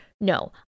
No